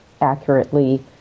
accurately